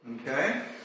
Okay